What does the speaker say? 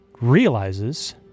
realizes